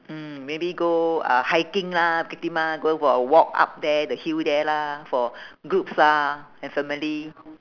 mm maybe go uh hiking lah bukit timah going for a walk up there the hill there lah for groups ah and family